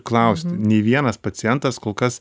klausti nei vienas pacientas kol kas